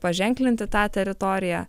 paženklinti tą teritoriją